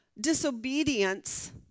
disobedience